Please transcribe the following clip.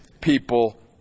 people